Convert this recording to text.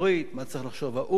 מה צריך לחשוב האו"ם,